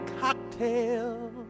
cocktail